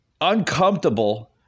uncomfortable